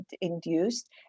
induced